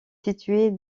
située